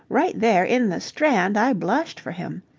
right there in the strand i blushed for him.